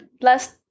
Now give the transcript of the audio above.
last